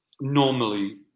normally